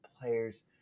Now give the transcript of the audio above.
players